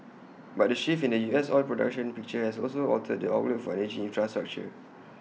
but the shift in the U S oil production picture has also altered the outlook for energy infrastructure